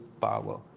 power